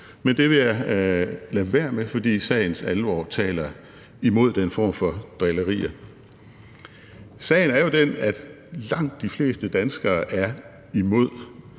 men det vil jeg lade være med, fordi sagens alvor taler imod den form for drillerier. Sagen er jo den, at langt de fleste danskere er imod,